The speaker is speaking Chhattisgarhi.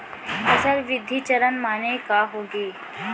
फसल वृद्धि चरण माने का होथे?